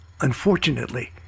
Unfortunately